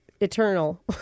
Eternal